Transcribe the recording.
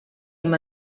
amb